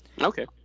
Okay